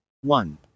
one